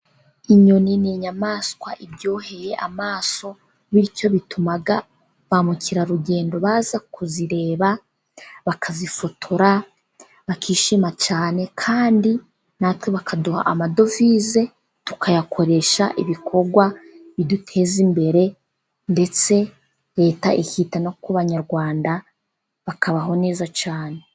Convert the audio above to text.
Inyoni ni inyamaswa iryoheye amaso, bityo bituma ba mukerarugendo baza kuzireba bakazifotora bakishima cyane. Kandi natwe bakaduha amadovize tukayakoresha ibikorwa biduteza imbere, ndetse leta ikita no ku banyarwanda bakabaho neza cyane.